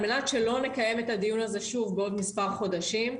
על מנת שלא נקיים את הדיון הזה שוב בעוד מספר חודשים,